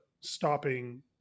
stopping